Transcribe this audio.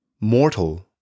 mortal